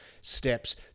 steps